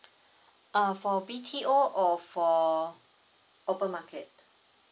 uh for B_T_O or for open market